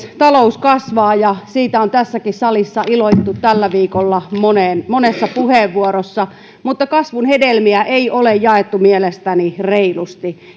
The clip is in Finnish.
talous kasvaa ja siitä on tässäkin salissa iloittu tällä viikolla monessa puheenvuorossa mutta kasvun hedelmiä ei ole jaettu mielestäni reilusti